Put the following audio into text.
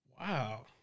Wow